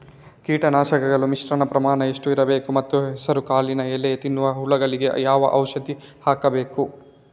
ಕೀಟನಾಶಕಗಳ ಮಿಶ್ರಣ ಪ್ರಮಾಣ ಎಷ್ಟು ಇರಬೇಕು ಮತ್ತು ಹೆಸರುಕಾಳಿನ ಎಲೆ ತಿನ್ನುವ ಹುಳಗಳಿಗೆ ಯಾವ ಔಷಧಿ ಹಾಕಬೇಕು?